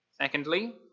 Secondly